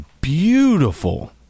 beautiful